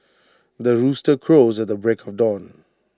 the rooster crows at the break of dawn